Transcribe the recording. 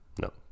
no